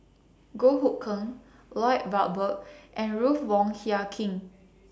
Goh Hood Keng Lloyd Valberg and Ruth Wong Hie King